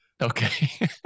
Okay